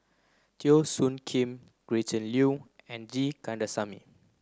Teo Soon Kim Gretchen Liu and G Kandasamy